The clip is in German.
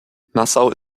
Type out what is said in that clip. nassau